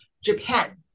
Japan